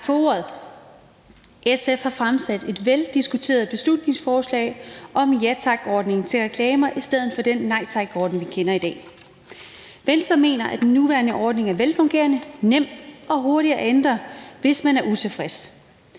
SF har fremsat et veldiskuteret beslutningsforslag om en ja tak-ordning for reklamer i stedet for den Nej Tak-ordning, vi kender i dag. Venstre mener, at den nuværende ordning er velfungerende, nem og hurtig at ændre, hvis man er utilfreds.